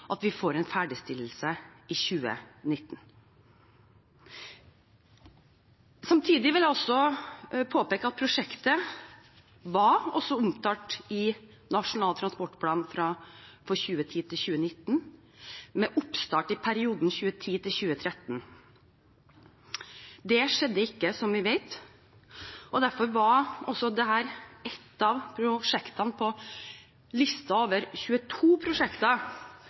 at vi får en ferdigstillelse i 2019. Samtidig vil jeg påpeke at prosjektet også var omtalt i Nasjonal transportplan 2010–2019, med oppstart i perioden 2010–2013. Det skjedde ikke, som vi vet, og derfor var også dette et av prosjektene på listen over 22 prosjekter